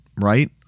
right